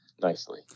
nicely